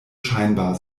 scheinbar